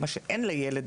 מה שאין לילד